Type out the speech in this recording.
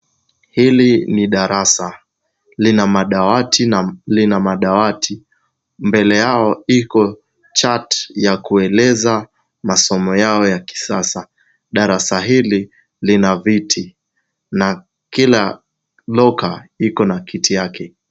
Hili ni darasa. Lina madawati. Mbele yao iko chart ya kueleza masomo yao ya kisasa. Darasa hili lina viti na kila locker liko na kiti chake.